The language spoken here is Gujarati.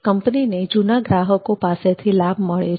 કંપનીને જૂના ગ્રાહકો પાસેથી લાભ મળે છે